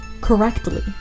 correctly